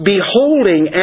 Beholding